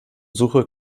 suche